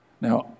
Now